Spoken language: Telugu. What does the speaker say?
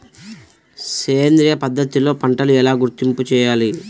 సేంద్రియ పద్ధతిలో పంటలు ఎలా గుర్తింపు చేయాలి?